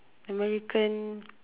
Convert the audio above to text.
American